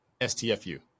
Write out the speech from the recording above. STFU